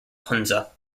hunza